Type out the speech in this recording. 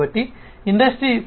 కాబట్టి ఇండస్ట్రీ 4